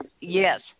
Yes